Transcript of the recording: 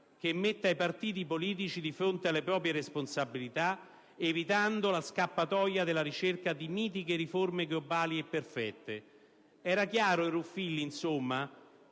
che metta i partiti politici di fronte alle proprie responsabilità (...) evitando la scappatoia della ricerca di mitiche riforme globali e perfette». Era chiaro in Ruffilli, insomma,